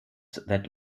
that